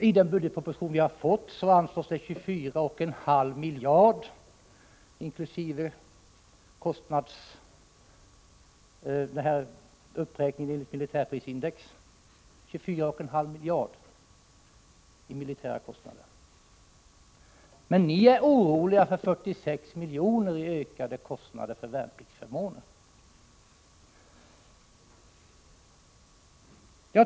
I budgetpropositionen anslås 24,5 miljarder för militära ändamål, inkl. uppräkningen enligt militärprisindex. Men ni är oroliga över 46 miljoner i ökade kostnader för värnpliktsförmåner.